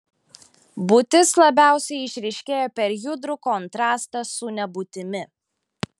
būtis labiausiai išryškėja per judrų kontrastą su nebūtimi